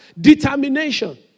determination